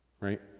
right